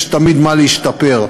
יש תמיד במה להשתפר.